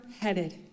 headed